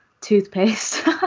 toothpaste